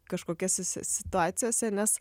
kažkokiose situacijose nes